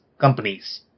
companies